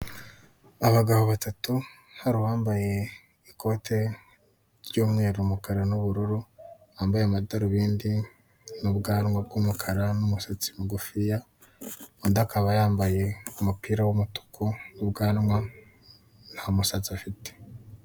Abagabo batatu, hari uwambaye ikote ry'umweru, umukara, n'ubururu, wambaye amadarubindi, n'ubwanwa bw'umukara, n'umusatsi mugufiya, undi akaba yambaye umupira w'umutuku, n'ubwanwa, nta musatsi afite.